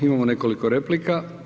Imamo nekoliko replika.